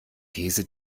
these